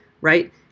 right